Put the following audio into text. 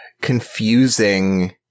confusing